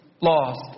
lost